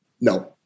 No